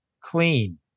clean